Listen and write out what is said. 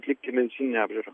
atlikti medicininę apžiūrą